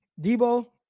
Debo